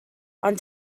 ond